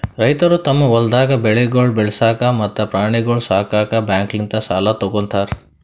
ರೈತುರು ತಮ್ ಹೊಲ್ದಾಗ್ ಬೆಳೆಗೊಳ್ ಬೆಳಸಾಕ್ ಮತ್ತ ಪ್ರಾಣಿಗೊಳ್ ಸಾಕುಕ್ ಬ್ಯಾಂಕ್ಲಿಂತ್ ಸಾಲ ತೊ ಗೋತಾರ್